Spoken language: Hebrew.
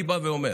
אני בא ואומר,